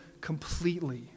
completely